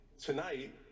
Tonight